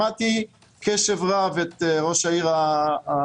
שמעתי בקשב רב את ראש העיר היוצא,